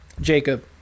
Jacob